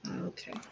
Okay